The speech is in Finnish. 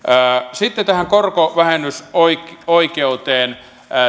sitten tähän korkovähennysoikeuteen